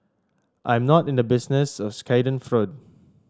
I'm not in the business of schadenfreude